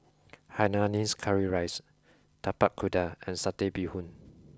hainanese curry rice tapak kuda and satay bee hoon